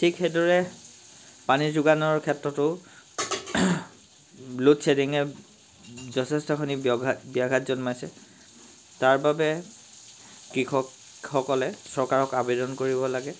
ঠিক সেইদৰে পানী যোগানৰ ক্ষেত্ৰতো লোড শ্বেডিঙে যথেষ্টখিনি ব্যঘাত ব্যাঘাত জন্মাইছে তাৰবাবে কৃষকসকলে চৰকাৰক আবেদন কৰিব লাগে